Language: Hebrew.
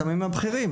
את המאמנים הבכירים,